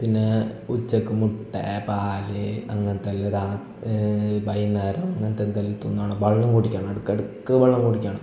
പിന്നെ ഉച്ചക്ക് മുട്ട പാൽ അങ്ങനത്തെ എല്ല രാ വൈകുന്നേരം അങ്ങനത്തെ എന്തേലു തിന്നൊണം വെള്ളം കുടിക്കണം ഇടക്കിടക്ക് വെള്ളം കുടിക്കണം